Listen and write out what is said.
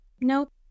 nope